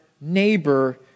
neighbor